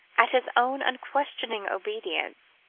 at his own unquestioning obedience,